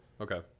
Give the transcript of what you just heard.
Okay